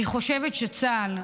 אני חושבת שצה"ל,